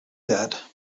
that